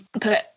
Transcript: put